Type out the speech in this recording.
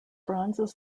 bronzes